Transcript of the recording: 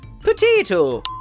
potato